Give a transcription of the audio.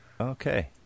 Okay